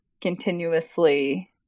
continuously